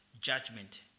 judgment